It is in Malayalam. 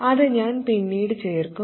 അത് ഞാൻ പിന്നീട് ചേർക്കും